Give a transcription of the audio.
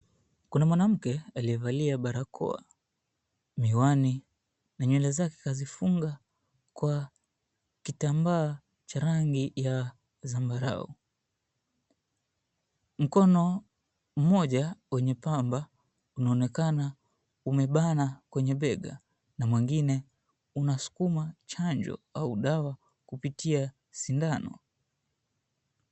Kuna mwanamke aliyevalia barakoa, miwani na nywele zake kazifunga kwa kitambaa cha rangi ya zambarau. Mkono mmoja wenye pamba unaonekana umebana kwenye bega na mwengine unasukuma chanjo au dawa kupitia sindano.